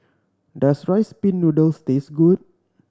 does Rice Pin Noodles taste good